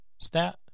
Stat